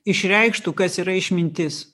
išreikštų kas yra išmintis